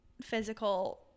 physical